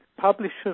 Publishers